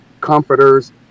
comforters